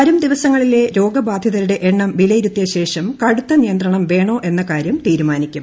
വരും ദിവസങ്ങളിലെ രോഗബാധിതരുടെ എണ്ണൂ വിലയിരുത്തിയ ശേഷം കടുത്ത നിയന്ത്രണം വേണോ എന്ന ക്ട്രിക്ക് തീരുമാനിക്കും